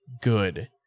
good